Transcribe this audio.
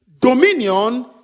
dominion